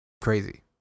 crazy